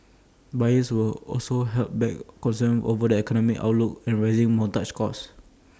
buyers were also held back concerns over the economic outlook and rising mortgage costs